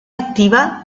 activa